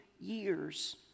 years